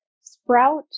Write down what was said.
Sprout